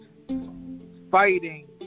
fighting